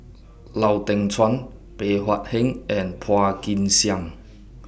Lau Teng Chuan Bey Hua Heng and Phua Kin Siang